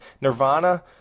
Nirvana